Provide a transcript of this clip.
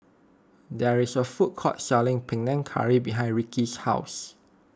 there is a food court selling Panang Curry behind Rickey's house